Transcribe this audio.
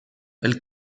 elle